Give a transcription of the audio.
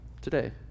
today